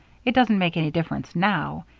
it doesn't make any difference now,